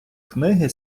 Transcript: книги